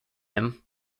him